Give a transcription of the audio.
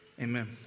Amen